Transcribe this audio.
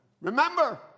Remember